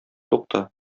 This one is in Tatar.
тукта